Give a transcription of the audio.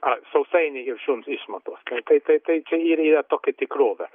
ar sausainiai ir šuns išmatos tai tai tai čia ir yra tokia tikrovė